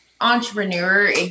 entrepreneur